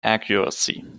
accuracy